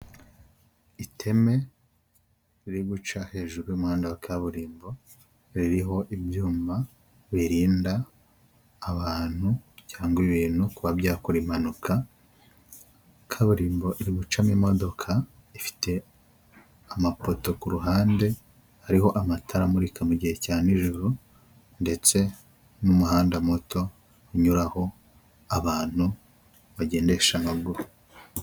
Iki ni ikigo cy'igihugu k'irembo gikorera kuri murandasi, aho bakubwira ngo byikorere, bakaba batanga serivisi nyinshi zigiye zitandukanye, harimo kwiyandikisha mu gutwara ikinyabiziga, kwiyandikisha mu kudekarara ibyangombwa bigiye bitandukanye ndetse n'izindi serivisi nyinshi.